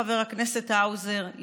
חבר הכנסת האוזר,